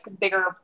bigger